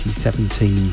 2017